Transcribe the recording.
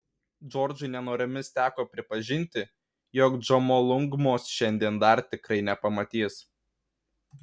džordžui nenoromis teko pripažinti jog džomolungmos šiandien dar tikrai nepamatys